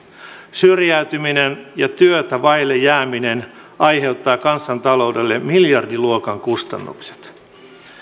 syrjäytyminen ja työtä vaille jääminen aiheuttavat kansantaloudelle miljardiluokan kustannukset